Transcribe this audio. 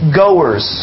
goers